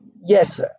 yes